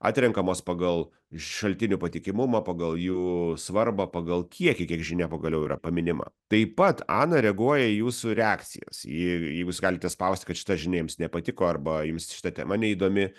atrenkamos pagal šaltinių patikimumą pagal jų svarbą pagal kiekį kiek žinia pagaliau yra paminima taip pat ana reaguoja į jūsų reakcijas ir jūs galite spausti kad šita žinia jums nepatiko arba jums šita tema neįdomi